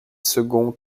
seconds